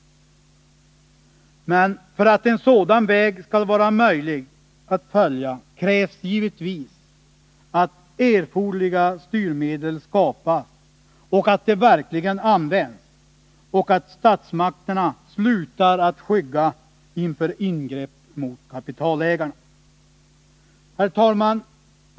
Men för att en sådan väg skall vara möjlig att följa krävs givetvis att erforderliga styrmedel skapas, att de verkligen används och att statsmakterna slutar att skygga inför ingrepp mot kapitalägarna. Herr talman!